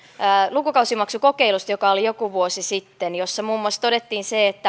lukukausimaksukokeilusta joka oli joku vuosi sitten ja jossa muun muassa todettiin se että